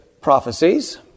prophecies